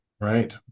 Right